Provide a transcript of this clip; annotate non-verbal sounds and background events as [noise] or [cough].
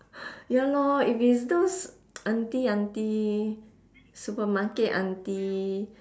ya lor if it's those [noise] auntie auntie supermarket auntie